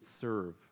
serve